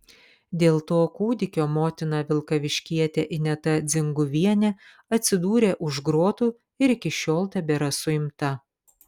dėl to kūdikio motina vilkaviškietė ineta dzinguvienė atsidūrė už grotų ir iki šiol tebėra suimta